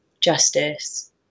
justice